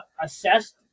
assessed